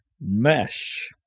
mesh